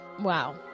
Wow